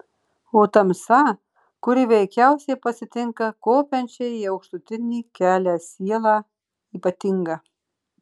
o tamsa kuri veikiausiai pasitinka kopiančią į aukštutinį kelią sielą ypatinga